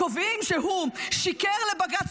קובעים שהוא שיקר לבג"ץ,